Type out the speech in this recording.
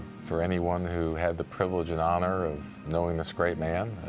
for anyone who had the privilege and honor of knowing this great man,